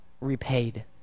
repaid